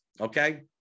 okay